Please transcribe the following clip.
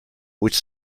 which